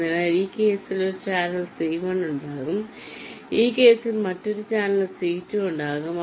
അതിനാൽ ഈ കേസിൽ ഒരു ചാനൽ C1 ഉണ്ടാകും ഈ കേസിൽ മറ്റൊരു ചാനൽ C2 ഉണ്ടാകും